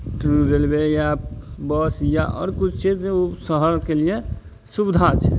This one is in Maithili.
ट्रू रेलवे या बस या आओर किछु छै ओ शहरके लिये सुविधा छै